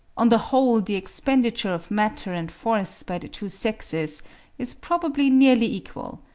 on the whole the expenditure of matter and force by the two sexes is probably nearly equal,